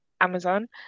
Amazon